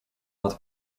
nad